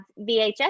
VHS